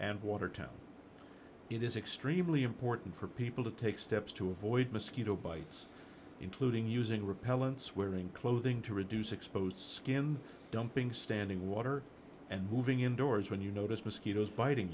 and watertown it is extremely important for people to take steps to avoid mosquito bites including using repellents wearing clothing to reduce exposed skin dumping standing water and moving indoors when you notice mosquitoes biting